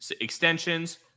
extensions